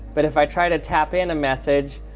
but if i try to tap in a message,